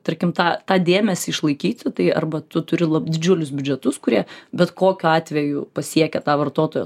tarkim tą tą dėmesį išlaikyti tai arba tu turi didžiulius biudžetus kurie bet kokiu atveju pasiekia tą vartotojo